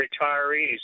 retirees